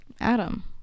Adam